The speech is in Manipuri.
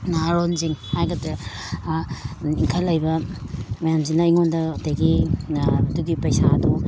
ꯅꯥꯍꯥꯔꯣꯟꯁꯤꯡ ꯍꯥꯏꯒꯗ꯭ꯔꯥ ꯏꯟꯈꯠꯂꯛꯏꯕ ꯃꯌꯥꯝꯁꯤꯅ ꯑꯩꯉꯣꯟꯗ ꯑꯗꯒꯤ ꯑꯗꯨꯒꯤ ꯄꯩꯁꯥꯗꯣ